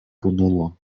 kunulon